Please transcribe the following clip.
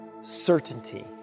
certainty